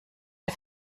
der